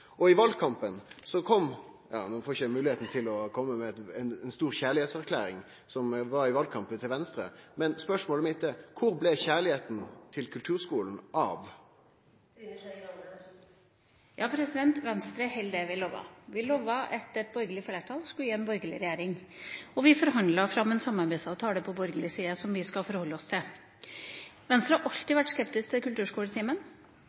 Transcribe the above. var i valkampen til Venstre, men spørsmålet mitt er: Kvar ble kjærleiken til kulturskulen av? Vi i Venstre holder det vi lover. Vi lovet at et borgerlig flertall skulle gi en borgerlig regjering, og vi forhandlet fram en samarbeidsavtale på borgerlig side som vi skal forholde oss til. Venstre har alltid vært skeptisk til kulturskoletimen.